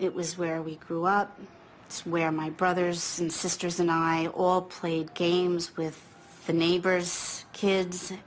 it was where we grew up it's where my brothers and sisters and i all played games with the neighbors kids